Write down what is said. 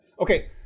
Okay